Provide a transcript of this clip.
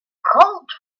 colt